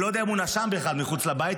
לא יודע אם הוא נשם בכלל מחוץ לבית,